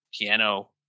piano